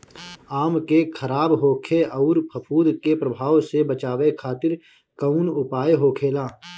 आम के खराब होखे अउर फफूद के प्रभाव से बचावे खातिर कउन उपाय होखेला?